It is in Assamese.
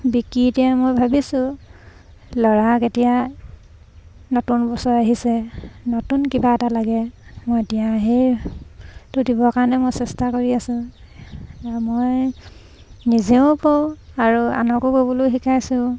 বিকি এতিয়া মই ভাবিছোঁ ল'ৰাক এতিয়া নতুন বছৰ আহিছে নতুন কিবা এটা লাগে মই এতিয়া সেইটো দিবৰ কাৰণে মই চেষ্টা কৰি আছোঁ মই নিজেও কওঁ আৰু আনকো ক'বলৈও শিকাইছোঁ